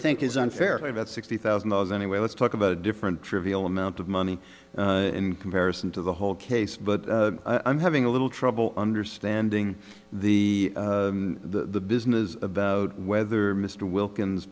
think is unfair about sixty thousand dollars anyway let's talk about a different trivial amount of money in comparison to the whole case but i'm having a little trouble understanding the the business about whether mr wilkins